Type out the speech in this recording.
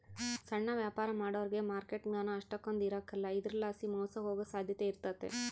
ಸಣ್ಣ ವ್ಯಾಪಾರ ಮಾಡೋರಿಗೆ ಮಾರ್ಕೆಟ್ ಜ್ಞಾನ ಅಷ್ಟಕೊಂದ್ ಇರಕಲ್ಲ ಇದರಲಾಸಿ ಮೋಸ ಹೋಗೋ ಸಾಧ್ಯತೆ ಇರ್ತತೆ